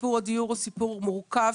סיפור הדיור הוא סיפור מורכב.